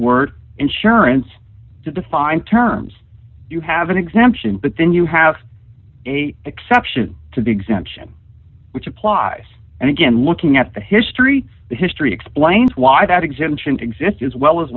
word insurance to define terms you have an exemption but then you have a exception to the exemption which applies and again looking at the history the history explains why that exemption exist as well as